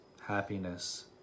happiness